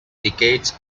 decades